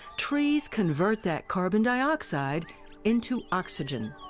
trees convert that carbon dioxide into oxygen.